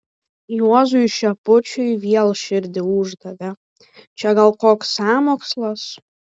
juozui šepučiui vėl širdį uždavė čia gal koks sąmokslas